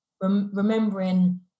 remembering